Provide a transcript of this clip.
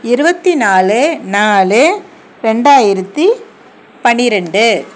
இருபத்தி நாலு நாலு ரெண்டாயிரத்தி பன்னிரெண்டு